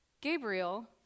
Gabriel